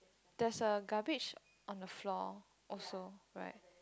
there's a garbage on the floor also right